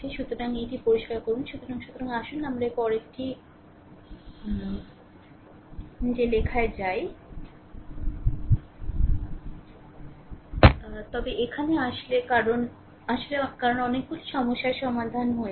সুতরাং এটি পরিষ্কার করুন সুতরাং আসুন আমরা পরেরটি বা লেখায় যাই তবে এখানে আসলে কারণ অনেকগুলি সমস্যার সমাধান হয়েছে